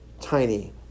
tiny